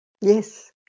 Yes